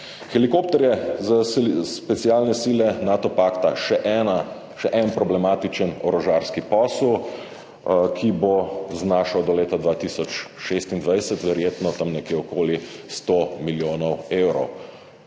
Helikopterji za specialne sile pakta Nato – še en problematičen orožarski posel, ki bo znašal do leta 2026 verjetno tam okoli 100 milijonov evrov.